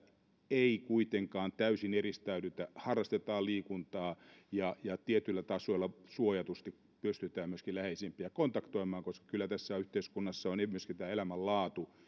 ei kuitenkaan täysin eristäydytä harrastetaan liikuntaa ja ja tietyillä tasoilla suojatusti pystytään myöskin läheisimpiä kontaktoimaan koska kyllä tässä yhteiskunnassa on myöskin elämänlaatu